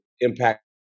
impact